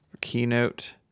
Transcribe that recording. keynote